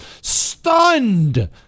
stunned